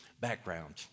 background